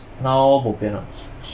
now bo pian ah